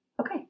okay